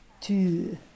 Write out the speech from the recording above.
two